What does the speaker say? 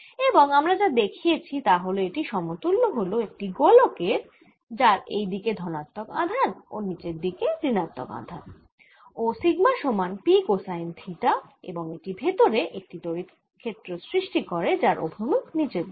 এবং আমরা যা দেখিয়েছি তা হলো এটি সমতুল্য হল একটি গোলকের যার এইদিকে ধনাত্মক আধান ও নীচের দিকে ঋণাত্মক আধান ও সিগমা সমান P কোসাইন থিটা এবং এটি ভেতরে একটি তড়িৎ ক্ষেত্র সৃষ্টি করে যার অভিমুখ নিচের দিকে